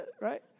right